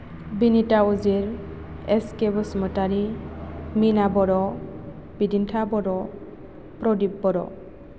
Binita Ujir S K Basumatary Mina Boro Bidintha Boro Pradip Bodo